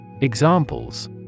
Examples